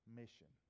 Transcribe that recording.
mission